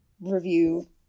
review